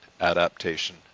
adaptation